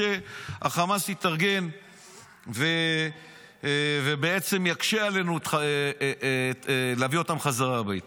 שחמאס יתארגן ובעצם יקשה עלינו להביא אותם חזרה הביתה.